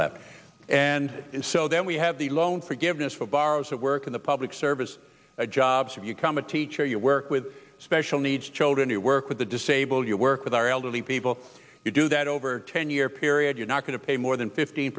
left and so then we have the loan forgiveness for borrowers that work in the public service jobs or you come a teacher you work with special needs children you work with the disabled your work with our elderly people you do that over ten year period you're not going to pay more than fifteen